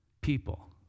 people